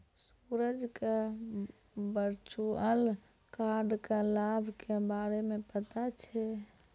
सूरज क virtual card क लाभ के बारे मे पता छै